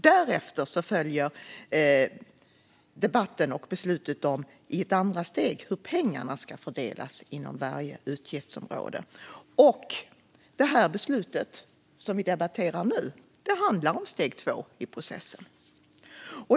Det andra steget är att debattera och besluta hur pengarna ska fördelas inom varje utgiftsområde. Det beslut vi debatterar nu handlar om det andra steget i processen.